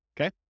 okay